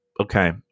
okay